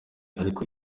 ariko